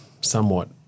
somewhat